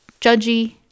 judgy